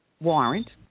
warrant